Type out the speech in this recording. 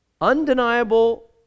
undeniable